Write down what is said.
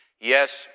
Yes